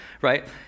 right